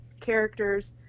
characters